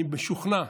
אני משוכנע,